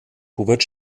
hubert